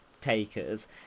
takers